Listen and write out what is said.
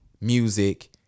music